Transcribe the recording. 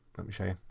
let me show you,